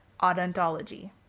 odontology